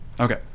okay